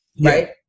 right